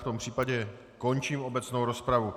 V tom případě končím obecnou rozpravu.